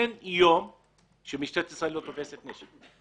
אין יום שמשטרת ישראל לא תופסת נשק.